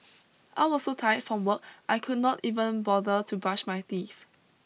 I was so tired from work I could not even bother to brush my teeth